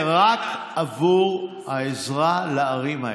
זה רק עבור העזרה לערים האלה.